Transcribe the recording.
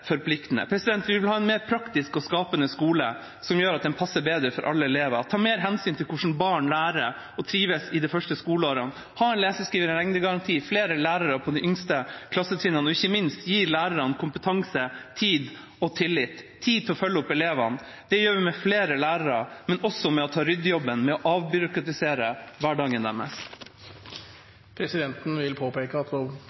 forpliktende. Vi vil ha en mer praktisk og skapende skole, som gjør at den passer bedre for alle elever, og som tar mer hensyn til hvordan barn lærer og trives i de første skoleårene. Vi vil ha en lese-, skrive- og regnegaranti, flere lærere på de laveste klassetrinnene, og ikke minst vil vi gi lærerne kompetanse, tid og tillit. Tid til å følge opp elevene sørger vi for ved å få flere lærere, men også ved å ta ryddejobben med å avbyråkratisere hverdagen